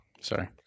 Sorry